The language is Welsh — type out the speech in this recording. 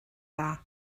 dda